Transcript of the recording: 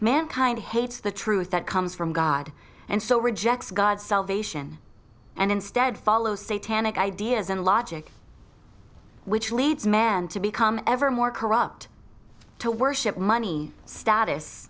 mankind hates the truth that comes from god and so rejects god's salvation and instead follow say tannic ideas and logic which leads men to become ever more corrupt to worship money status